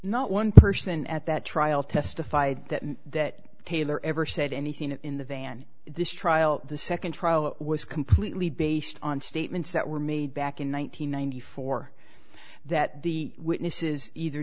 not one person at that trial testified that taylor ever said anything in the van this trial the second trial was completely based on statements that were made back in one thousand nine hundred four that the witnesses either